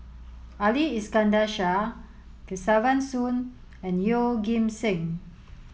Ali Iskandar Shah Kesavan Soon and Yeoh Ghim Seng